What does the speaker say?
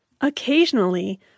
Occasionally